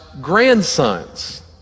grandsons